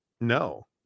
No